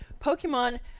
Pokemon